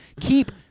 keep